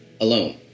alone